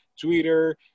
Twitter